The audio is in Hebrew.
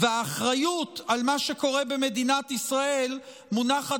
והאחריות למה שקורה במדינת ישראל מונחת